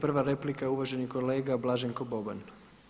Prva replika je uvaženi kolega Blaženko Boban.